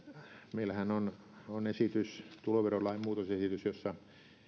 meillähän on on tuloverolain muutosesitys jossa